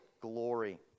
glory